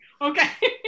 okay